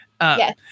Yes